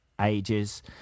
ages